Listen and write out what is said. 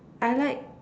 I like